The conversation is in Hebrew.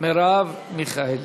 מרב מיכאלי.